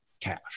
cash